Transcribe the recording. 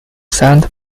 sent